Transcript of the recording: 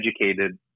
educated